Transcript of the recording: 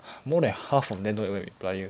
more than half of them don't even reply you